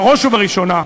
בראש ובראשונה.